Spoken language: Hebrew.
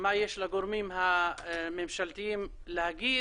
מה יש לגורמים הממשלתיים להגיד,